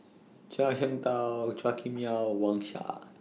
Zhuang Shengtao Chua Kim Yeow Wang Sha